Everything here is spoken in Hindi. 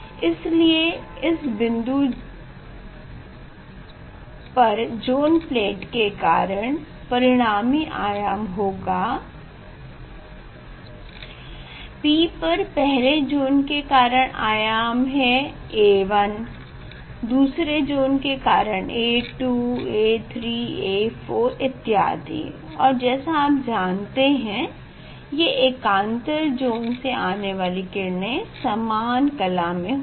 इसलिए इस बिन्दु ज़ोन प्लेट के कारण पर परिणामी आयाम होगा P पर पहले ज़ोन के कारण आयाम है A1 दूसरे ज़ोन से A2 A3 A4 इत्यादि और जैसा आप जानते हैं ये एकांतर ज़ोन से आने वाली किरणे समान कला में होंगी